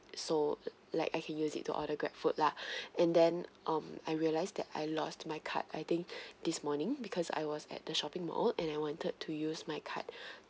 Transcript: so like I can use it to order grabfood lah and then um I realize that I lost my card I think this morning because I was at the shopping mall and I wanted to use my card